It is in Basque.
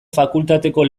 fakultateko